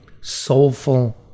soulful